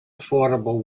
affordable